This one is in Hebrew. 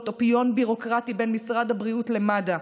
או פיון ביורוקרטי בין משרד הבריאות למד"א.